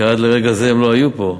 כי עד לרגע זה הם לא היו פה.